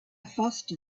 foster